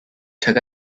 took